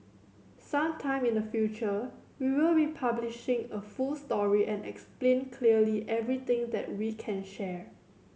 some time in the future we will be publishing a full story and explain clearly everything that we can share